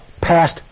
passed